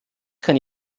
kann